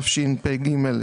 תשפ"ב-2022